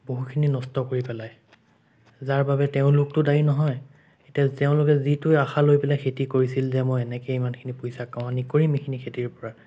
বহুখিনি নষ্ট কৰি পেলায় যাৰ বাবে তেওঁলোকতো দায়ী নহয় এতিয়া তেওঁলোকে যিটো আশা লৈ পেলাই খেতি কৰিছিল যে মই এনেকৈ ইমানখিনি পইচা কামানি কৰিম এইখিনি খেতিৰ পৰা